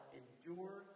endure